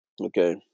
Okay